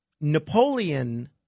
Napoleon